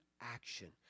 action